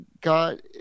God